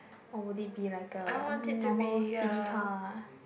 or would it be like a normal city car